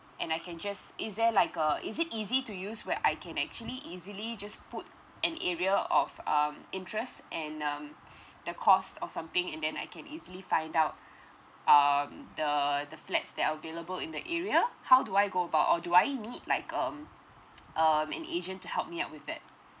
and I can just is there like a is it easy to use where I can actually easily just put an area of um interest and um the cost of something and then I can easily find out um the the flats that available in the area how do I go about or do I need like um um an agent to help me out with that